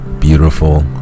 beautiful